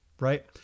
right